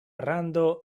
rando